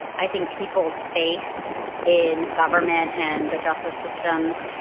i think people's faith in government and the justice systems,